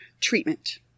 treatment